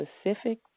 specific